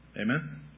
Amen